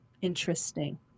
interesting